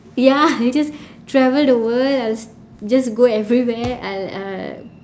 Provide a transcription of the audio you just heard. ya I'll just travel the world I'll just go everywhere I'll I'll